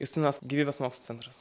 justinas gyvybės mokslų centras